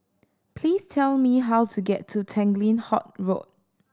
please tell me how to get to Tanglin Halt Road